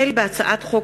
החל בהצעת חוק